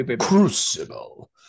Crucible